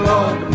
Lord